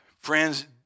Friends